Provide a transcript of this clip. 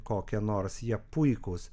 kokia nors jie puikūs